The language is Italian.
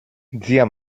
zia